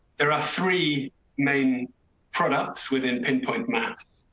there are three main products within pinpoint math,